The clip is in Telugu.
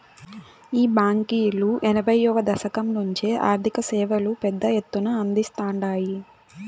ఈ బాంకీలు ఎనభైయ్యో దశకం నుంచే ఆర్థిక సేవలు పెద్ద ఎత్తున అందిస్తాండాయి